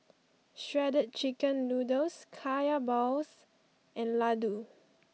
Shredded Chicken Noodles Kaya Balls and Laddu